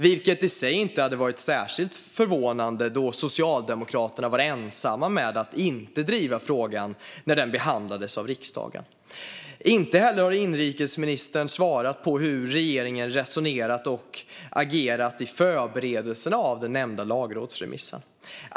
Det i sig hade inte varit särskilt förvånande då Socialdemokraterna var ensamma med att inte driva frågan när den behandlades av riksdagen. Inte heller har inrikesministern svarat på hur regeringen har resonerat och agerat i förberedelserna av nämnda lagrådsremiss.